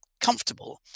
comfortable